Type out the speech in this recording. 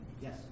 Yes